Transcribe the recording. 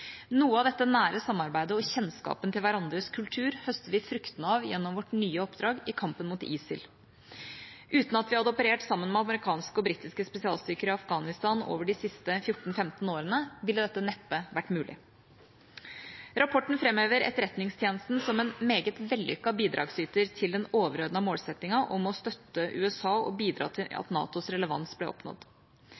Noe av dette nære samarbeidet og kjennskapen til hverandres kultur høster vi fruktene av gjennom vårt nye oppdrag i kampen mot ISIL. Uten at vi hadde operert sammen med amerikanske og britiske spesialstyrker i Afghanistan over de siste 14–15 årene, ville dette neppe vært mulig. Rapporten framhever Etterretningstjenesten som en meget vellykket bidragsyter til at den overordnede målsettingen om å støtte USA og bidra til